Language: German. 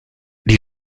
die